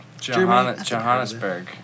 Johannesburg